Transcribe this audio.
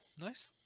nice